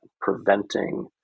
preventing